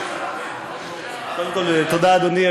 תודה, אדוני.